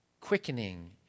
quickening